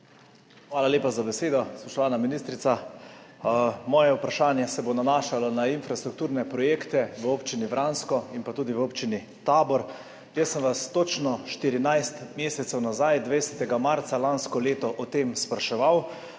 Hvala lepa za besedo. Spoštovana ministrica! Moje vprašanje se bo nanašalo na infrastrukturne projekte v občini Vransko in pa tudi v občini Tabor. Jaz sem vas točno 14 mesecev nazaj, 20. marca lansko leto, o tem spraševal.